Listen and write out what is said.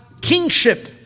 kingship